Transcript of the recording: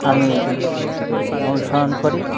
আমি অনুসরণ করি